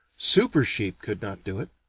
super-sheep could not do it.